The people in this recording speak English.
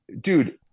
dude